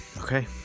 Okay